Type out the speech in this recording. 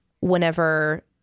whenever